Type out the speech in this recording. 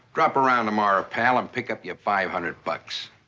drop around tomorrow, pal, and pick up your five hundred but